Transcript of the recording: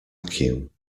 vacuum